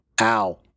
Ow